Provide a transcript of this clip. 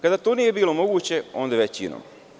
Kada to nije bilo moguće, onda većinom.